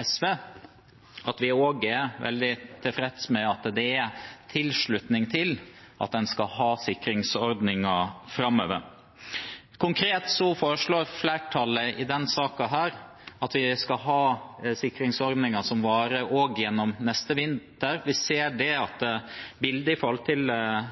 SV, si at vi er veldig tilfreds med at det er tilslutning til at en skal ha sikringsordninger framover. Helt konkret foreslår flertallet i denne saken at vi skal ha sikringsordninger som varer gjennom neste vinter også. Vi ser at bildet når det kommer til